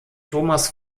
thomas